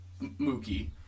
Mookie